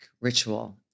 ritual